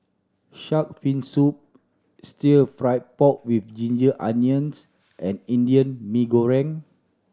shark fin soup Stir Fry pork with ginger onions and Indian Mee Goreng